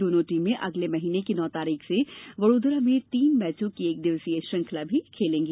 दोनों टीमें अगले महीने की नौ तारीख से वडोदरा में तीन मैचों की एक दिवसीय श्रृंखला भी खेलेंगी